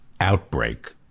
outbreak